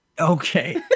Okay